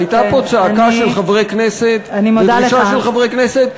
הייתה פה צעקה של חברי כנסת ודרישה של חברי כנסת,